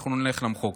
אנחנו נלך למחוקק.